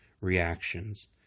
reactions